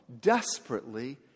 desperately